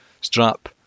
strap